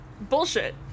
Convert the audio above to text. bullshit